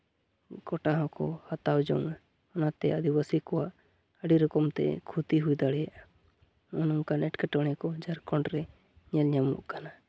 ᱠᱚᱴᱟ ᱦᱚᱸᱠᱚ ᱦᱟᱛᱟᱣ ᱡᱚᱝᱟ ᱱᱚᱛᱮ ᱟᱹᱫᱤᱵᱟᱹᱥᱤ ᱠᱚᱣᱟᱜ ᱟᱹᱰᱤ ᱨᱚᱠᱚᱢ ᱛᱮ ᱠᱷᱩᱛᱤ ᱦᱩᱭ ᱫᱟᱲᱮᱭᱟᱜᱼᱟ ᱱᱚᱜᱼᱚᱸᱭ ᱱᱚᱝᱠᱟᱱ ᱮᱴᱠᱮᱴᱚᱬᱮ ᱠᱚ ᱡᱷᱟᱲᱠᱷᱚᱸᱰ ᱨᱮ ᱧᱮᱞᱼᱧᱟᱢᱚᱜ ᱠᱟᱱᱟ